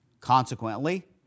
Consequently